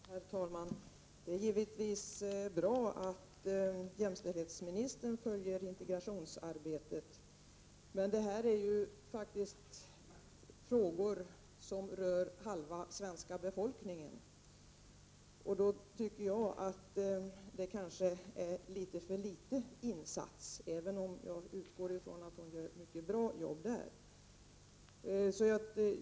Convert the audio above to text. Herr talman! Det är givetvis bra att jämställdhetsministern följer integrationsarbetet, men det här är ju faktiskt frågor som rör halva den svenska befolkningen. Jag tycker därför kanske att det är fråga om en något för liten insats, även om jag utgår från att man gör ett mycket bra jobb.